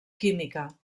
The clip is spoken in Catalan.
química